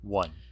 one